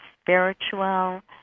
spiritual